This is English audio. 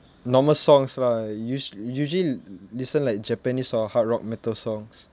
normal songs lah us~ usually l~ listen like japanese or hard rock metal songs